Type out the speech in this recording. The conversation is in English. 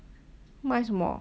卖什么